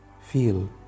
feel